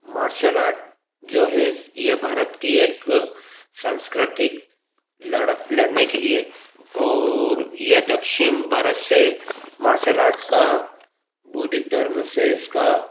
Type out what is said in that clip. martial art जो है ये भारत की एक सांस्कृतिक लड़ने के लिए और यह दक्षिण भारत से मार्शल आर्ट का बोधिक धर्म से इसका